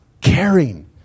caring